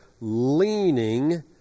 leaning